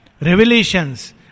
revelations